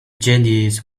genies